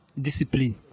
discipline